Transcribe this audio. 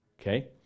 Okay